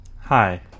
Hi